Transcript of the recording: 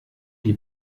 die